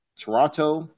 Toronto